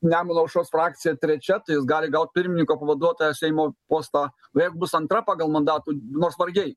nemuno aušros frakcija trečia tai jis gali gaut pirmininko pavaduotoją seimo postą o jeigu bus antra pagal mandatų nors vargiai